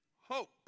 hope